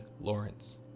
Lawrence